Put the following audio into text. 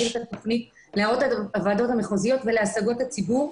את התוכנית להערות הוועדות המחוזיות ולהשגות הציבור.